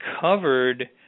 covered